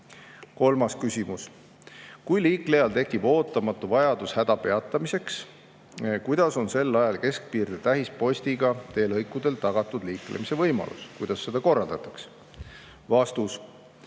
Kolmas küsimus: kui liiklejal tekib ootamatu vajadus hädapeatamiseks, kuidas on sel ajal keskpiirde tähispostiga teelõikudel tagatud liiklemise võimalus, kuidas seda korraldatakse?